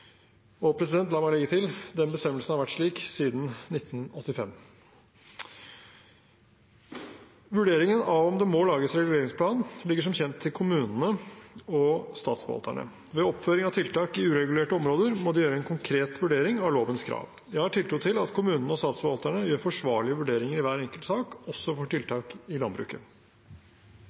og samfunn. Og la meg legge til: Den bestemmelsen har vært slik siden 1985. Vurderingen av om det må lages en reguleringsplan ligger som kjent til kommunene og statsforvalterne. Ved oppføring av tiltak i uregulerte områder, må det gjøres en konkret vurdering av lovens krav. Jeg har tiltro til at kommunene og statsforvalterne gjør forsvarlige vurderinger i hver enkelt sak, også for tiltak i landbruket.